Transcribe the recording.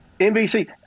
NBC